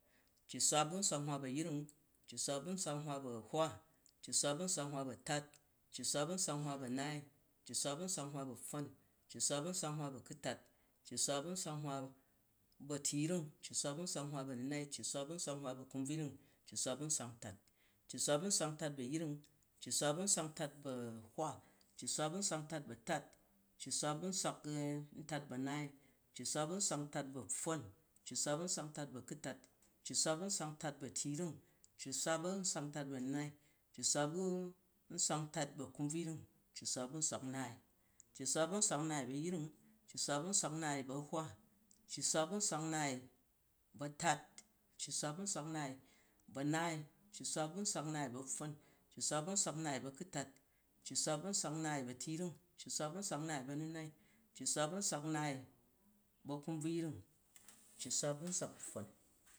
Cci-swa bu nswak nhwa bu a̱yring, cci-swa bu nswak nhwa bu a̱hwa, cci-swa bu nswak nhwa bu a̱tat, cci-swa bu nswak nhwa bu a̱naai, cci-swa bu nswak nhwa bu a̱pfon, cci-swa bu nswak nhwa bu a̱ku̱tat, cci-swa bu nswak nhwa bu a̱tu̱yring, cci-swa bu nswak nhwa bu a̱nu̱nai, cci-swa bu nswak nhwa bu a̱kumbvuyring, cci-swa bu nswak ntat, cci-swa bu nswak ntat bu a̱yring, cci-swa bu nswak ntat bu a̱hwa, cci-swa bu nswak ntat bu a̱tat, cci-swa bu nswak ntat bu a̱nai, cci-swa bu nswak ntat bu a̱pfon, cci-swa bu nswak ntat bu a̱ku̱tat, cci-swa bu nswak ntat bu a̱tu̱yring, cci-swa bu nswak ntat bu a̱nu̱nai, cci-swa bu nswak ntat bu a̱kumbvuyring, cci-swa bu nswak nnaai, cci-swa bu nswak nnaai bu a̱yring, cci-swa bu nswak nnaai bu ahwa, cci-swa bu nswak nnaai bu a̱tat, cci-swa bu nswak nnaai bu a̱naai, cci-swa bu nswak nnaai bu a̱pfon, cci-swa bu nswak nnaai bu a̱ku̱tat, cci-swa bu nswak nnaai bu a̱tu̱yring, cci-swa bu nswak nnaai bu a̱nu̱nai, cci-swa bu nswak nnaai bu a̱kumbvuyring, cci-swa bu nswak npfon.